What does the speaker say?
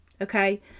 Okay